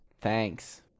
Thanks